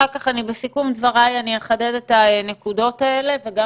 בסיכום דבריי אחר כך אני אחדד את הנקודות האלה וגם